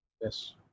Yes